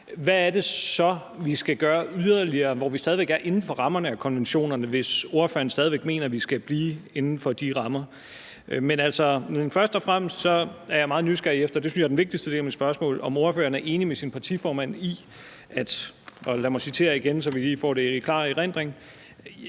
hvad er det så, vi skal gøre yderligere inden for rammerne af konventionerne, hvis ordføreren stadig væk mener, at vi skal blive inden for de rammer? Men først og fremmest er jeg meget nysgerrig efter, og det synes jeg er den vigtigste del af mit spørgsmål, om ordføreren er enig med sin partiformand – og lad mig citere igen, så vi får det i klar erindring